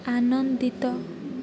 ଆନନ୍ଦିତ